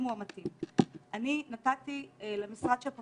לא כי אנחנו